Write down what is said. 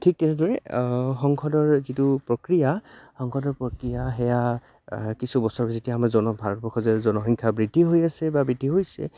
ঠিক তেনেদৰে সংসদৰ যিটো প্ৰক্ৰিয়া সংসদৰ প্ৰক্ৰিয়া সেয়া কিছু বছৰ যেতিয়া আমাৰ জন ভাৰতবৰ্ষ যে জনসংখ্যা বৃদ্ধি হৈ আছে বা বৃদ্ধি হৈছে